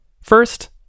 First